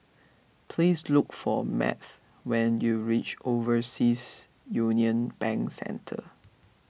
please look for Math when you reach Overseas Union Bank Centre